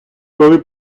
коли